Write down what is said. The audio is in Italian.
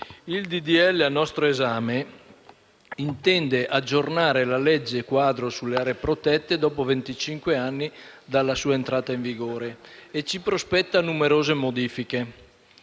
legge al nostro esame intende aggiornare la legge quadro sulle aree protette dopo venticinque anni dalla sua entrata in vigore e ci prospetta numerose modifiche.